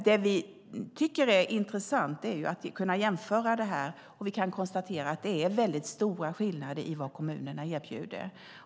Det vi tycker är intressant är att kunna jämföra detta, och vi kan konstatera att det är stora skillnader i vad kommunerna erbjuder.